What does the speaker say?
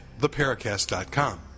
theparacast.com